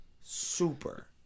super